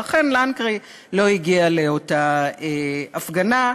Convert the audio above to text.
ואכן, לנקרי לא הגיע לאותה הפגנה.